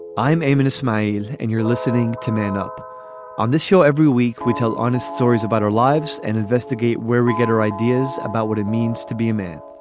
i'm aiming to smile and you're listening to man up on this show every week. we tell honest stories about our lives and investigate where we get our ideas about what it means to be a